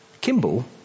Kimball